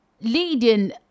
leading